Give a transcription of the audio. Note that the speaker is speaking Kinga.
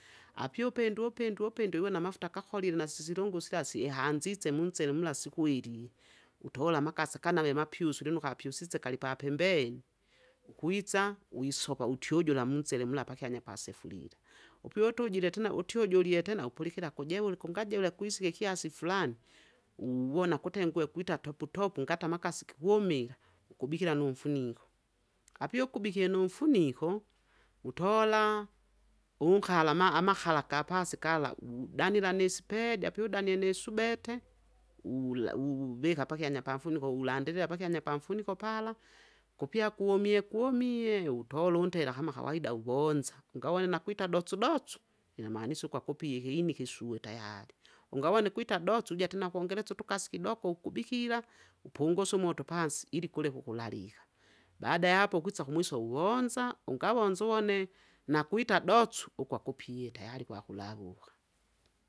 Api upindue upindue upindue iwe namafuta gakolile nasisilungo sila sihanzise munsele mula sikwili, utola amakasi kanave mapyusu lino ukapyusise kalipapembeni, ukwitsa wisopa wuti ujula munsele mula pakyanya pasefurira. Upyu utujire tena uti ujulie tena upulikira kujewule kungajeule kwisika ikiasi flana, uwona kutengue kwita toputopu ngate amakasi kikumila, ukubikila ukubikila numfuniko. Api ukubikire numfuniko, utola! unkala maa amakala kapasi kala uwu- danila nisipedi api udanile nisubete ula uvika pakyanya pamfuniko pamfuniko ulandilila pakyanya pamfuniko pala. Kupya kumie kumie, utola untela kama kawaida uvonza, ungawone nakwita dosudosu! inamanisa ukwakupie ikiini kisuwe tayari, ungawone kwita dosu uja tena kongeresya utukasi kidoko ukubikila! upungusye umoto pansi ili kuleke ukulalika. Baada ya hapo ukwisa kumwiso uvonza, ungavonza uvone, nakwita dosu ukwakupie tayari kwakulawuka.